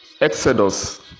exodus